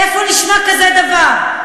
איפה נשמע כזה דבר?